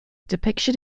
depiction